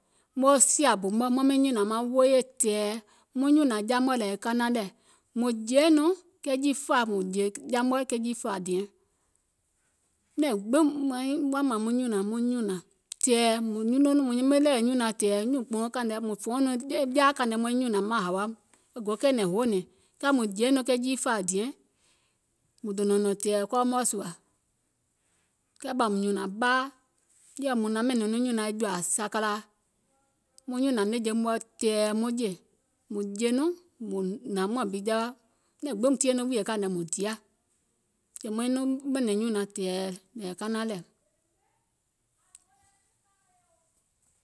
Moo sìȧ bù mɔ̀ɛ̀ maŋ miŋ nyùnȧŋ maŋ wooyè tɛ̀ɛ̀, muŋ nyùnȧŋ ja mɔ̀ɛ̀ nȧȧŋ kanaŋ lɛ̀, mùŋ jèeiŋ nɔŋ ke jiifȧa mùŋ jè ja mɔ̀ɛ̀ ke jiifȧ diɛŋ, nɛ̀ŋ gbiŋ woȧ mȧȧŋ muŋ nyùnȧŋ muŋ nyùnȧŋ tɛ̀ɛ̀ mùŋ nyime nɔŋ ɗèwè nyùnaŋ tɛ̀ɛ̀ nyuùnkpùnɔɔ̀ŋ kȧìŋ nɛ mùŋ fòouŋ nɔŋ jaȧ kȧìŋ nɛ maiŋ nyùnȧŋ maŋ hȧwa è go kɛ̀ɛ̀nɛ̀ŋ hoònɛ̀ŋ mùŋ jèeiŋ nɔŋ ke jiifȧa diɛŋ mùŋ dònȧŋ nɔ̀ŋ tɛ̀ɛ̀ kɔɔ mɔ̀ɛ̀ sùȧ, kɛɛ ɓȧùm nyùnȧŋ ɓaa, yɛ̀i mùŋ naŋ ɓɛ̀nɛ̀ŋ nɔŋ nyùnaŋ e jɔ̀ȧà sakalaȧ, muŋ nyùnȧŋ nɛ̀ŋje mɔ̀ɛ̀ tɛ̀ɛ̀ muŋ jè, mùŋ jè nɔŋ mùŋ hnȧŋ muȧŋ bi jawa, nɛ̀ŋ gbiŋ tie nɔŋ wùìyè kȧìŋ nɛ mùŋ diȧ, sèè maiŋ nɔŋ ɓɛ̀nɛ̀ŋ nyùnaŋ tɛ̀ɛ̀ nȧȧŋ kanaŋ lɛ̀,